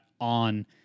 on